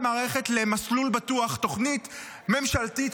שתי ממשלות שונות.